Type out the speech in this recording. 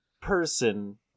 person